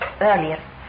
earlier